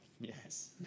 Yes